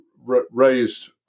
raised